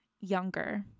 younger